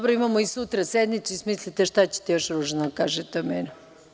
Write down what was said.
Imamo i sutra sednicu, smislite šta ćete još ružno da kažete o meni.